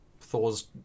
Thor's